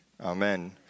Amen